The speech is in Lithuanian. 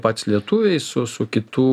patys lietuviai su su kitų